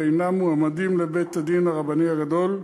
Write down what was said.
ראיינה מועמדים לבית-הדין הרבני הגדול,